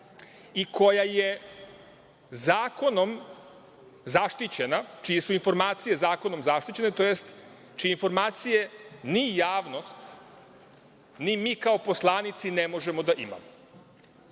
i koja je zakonom zaštićena, čije su informacije zakonom zaštićene, tj. čije informacije ni javnost, ni mi kao poslanici ne možemo da imamo.